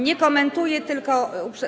Nie komentuję, tylko.